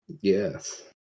Yes